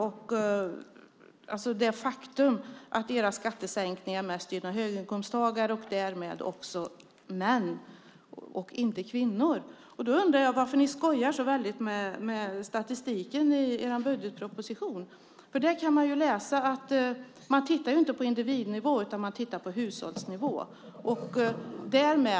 Det är ett faktum att era skattesänkningar mest gynnar höginkomsttagare och därmed också män och inte kvinnor. Jag undrar varför ni skojar så med statistiken i er budgetproposition. Där går det att läsa att man inte tittar på individnivå utan på hushållsnivå.